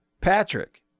Patrick